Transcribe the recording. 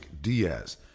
Diaz